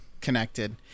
connected